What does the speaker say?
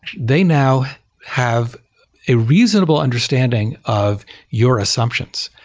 they now have a reasonable understanding of your assumptions.